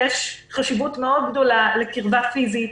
יש חשיבות גדולה מאוד לקרבה פיזית,